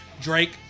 drake